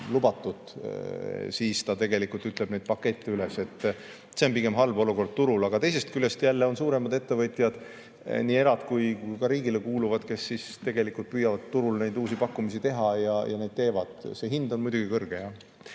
siis ta tegelikult ütleb paketid üles. See on pigem halb olukord turul. Aga teisest küljest jälle on suuremad ettevõtjad, nii era- kui ka riigile kuuluvad, kes tegelikult püüavad turul uusi pakkumisi teha ja neid teevad. See hind on muidugi kõrge